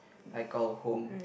I call home